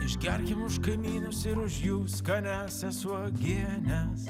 išgerkim už kaimynus ir už jų skaniąsias uogienes